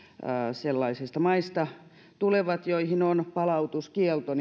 sellaisista maista joihin on palautuskielto